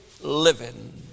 living